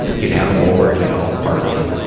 you'd have em over and you'd all party. and,